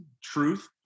truth